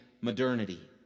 modernity